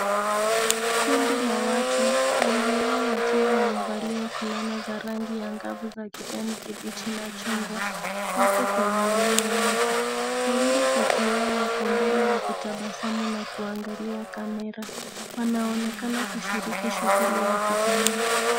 Kundi la watu, wengi wao wakiwa wamevalia fulana za rangi angavu za kijani kibichi na chungwa, wako kwenye eneo wazi. Wawili kati yao wako mbele wakitabasamu na kuangalia kamera. Wanaonekana kushiriki shughuli ya kijamii.